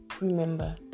remember